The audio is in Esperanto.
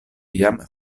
jam